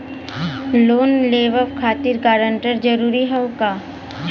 Loan लेवब खातिर guarantor जरूरी हाउ का?